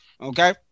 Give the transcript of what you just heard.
Okay